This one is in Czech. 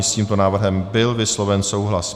S tímto návrhem byl vysloven souhlas.